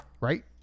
right